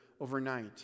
overnight